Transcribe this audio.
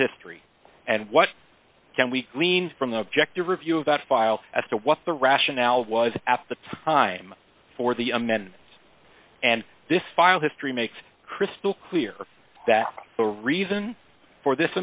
history and what can we glean from the objective review of that file as to what the rationale was at the time for the men and this file history makes crystal clear that the reason for this